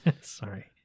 Sorry